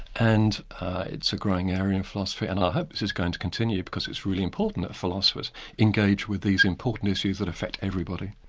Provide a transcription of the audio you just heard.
and it's a growing area in philosophy and i hope this is going to continue, because it's really important that philosophers engage with these important issues that affect everybody.